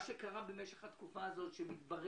חשבו שנשר